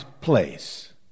place